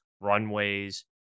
runways